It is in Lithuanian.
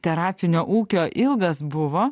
terapinio ūkio ilgas buvo